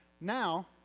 Now